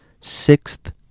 sixth